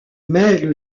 mêle